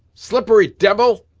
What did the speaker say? slippery devil!